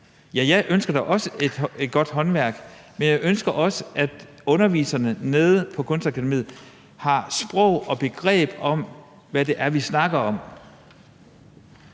jeg ønsker da også et godt håndværk. Men jeg ønsker også, at underviserne på Kunstakademiet har sprog og begreb for, hvad det er, vi snakker om.